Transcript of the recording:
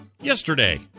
yesterday